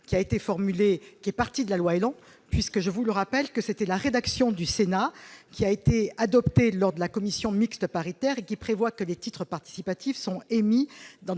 qui a été formulée, qui est partie de la loi élan puisque je vous le rappelle, que c'était la rédaction du Sénat qui a été adopté lors de la commission mixte paritaire et qui prévoit que les titres participatifs sont émis dans